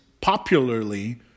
popularly